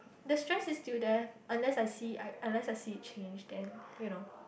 the stress is still there unless I see I unless I see a change then you know